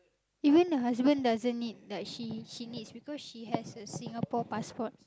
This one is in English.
even her husband doesn't need but she he needs because she has a Singapore passport